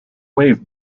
wave